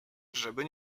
żeby